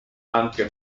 anche